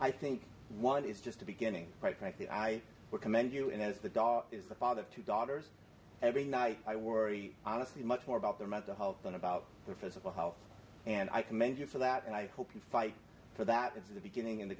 i think one is just the beginning quite frankly i would commend you and as the dog is the father of two daughters every night i worry honestly much more about their mental health than about their physical health and i commend you for that and i hope you fight for that it's the beginning of the